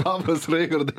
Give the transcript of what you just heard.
labas reigardai